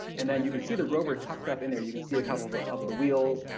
and then you can see the rover tucked up in there, you can see a couple of ah of the wheels,